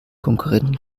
konkurrenten